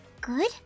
good